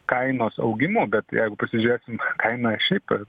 kainos augimu bet jeigu pasižiūrėsim kainą šiaip